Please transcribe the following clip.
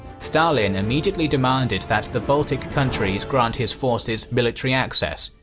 stalin immediately demanded that the baltic countries grant his forces military access,